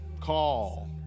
Call